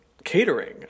catering